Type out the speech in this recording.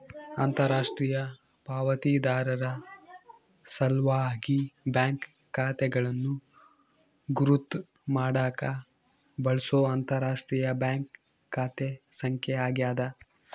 ಅಂತರರಾಷ್ಟ್ರೀಯ ಪಾವತಿದಾರರ ಸಲ್ವಾಗಿ ಬ್ಯಾಂಕ್ ಖಾತೆಗಳನ್ನು ಗುರುತ್ ಮಾಡಾಕ ಬಳ್ಸೊ ಅಂತರರಾಷ್ಟ್ರೀಯ ಬ್ಯಾಂಕ್ ಖಾತೆ ಸಂಖ್ಯೆ ಆಗ್ಯಾದ